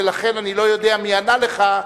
ולכן אני לא יודע מי ענה לך,